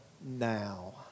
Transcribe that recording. now